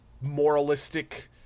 moralistic